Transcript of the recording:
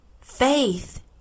Faith